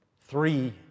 three